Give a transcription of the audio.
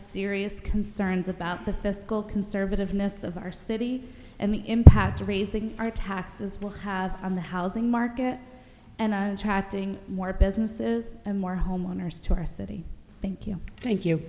serious concerns about the fiscal conservative mists of our city and the impact to raising our taxes will have on the housing market and attracting more businesses and more homeowners to our city thank you thank you